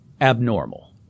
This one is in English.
abnormal